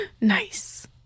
Nice